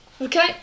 Okay